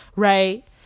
Right